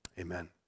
Amen